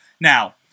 Now